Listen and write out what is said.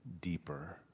deeper